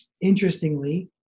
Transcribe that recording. interestingly